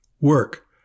work